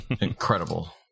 Incredible